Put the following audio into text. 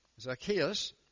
Zacchaeus